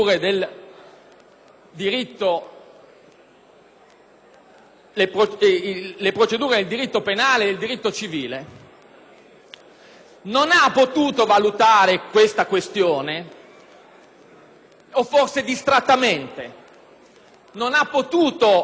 le procedure del diritto penale e del diritto civile, non ha potuto valutare tale questione, o forse distrattamente non ha potuto eccepire d'ufficio